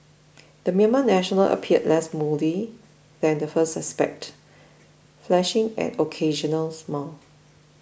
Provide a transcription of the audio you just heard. the Myanmar national appeared less moody than the first suspect flashing an occasional smile